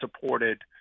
supported